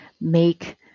make